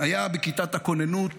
היה בכיתת הכוננות,